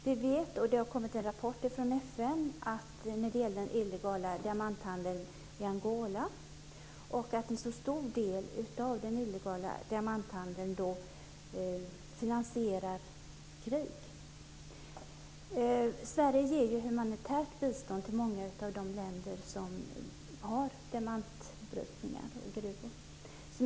Det har kommit en rapport från FN när det gäller den illegala diamanthandeln i Angola, och vi vet att en stor del av den illegala diamanthandeln finansierar krig. Sverige ger humanitärt bistånd till många av de länder som har diamantbrytning och gruvor.